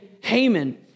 Haman